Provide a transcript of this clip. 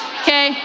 okay